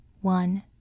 one